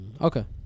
Okay